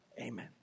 Amen